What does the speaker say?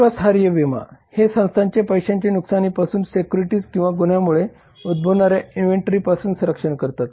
विश्वासार्ह विमा हे संस्थांचे पैशांच्या नुकसानीपासून सिक्युरिटीज किंवा गुन्ह्यामुळे उद्भवणाऱ्या इन्व्हेंटरीपासून संरक्षण करतात